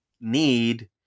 need